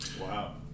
Wow